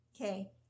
okay